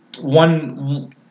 one